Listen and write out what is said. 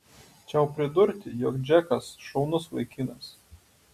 čiau pridurti jog džekas šaunus vaikinas